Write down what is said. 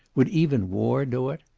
would even war do it?